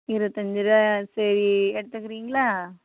இருபத்தஞ்சு ரூபா சரி எடுத்துக்குறீங்களா